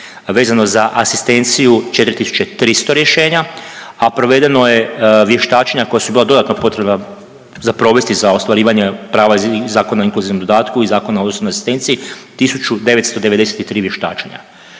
vezano za asistenciju 4300 rješenja, a provedeno je vještačenja koja su bila dodatno potrebna za provesti za ostvarivanje prava iz Zakona o inkluzivnom dodatku i Zakona o osobnoj asistenciji 1993 vještačenja.